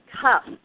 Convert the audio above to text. cup